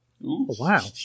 Wow